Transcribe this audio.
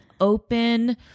open